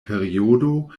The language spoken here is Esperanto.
periodo